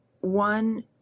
one